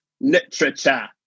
literature